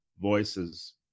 Voices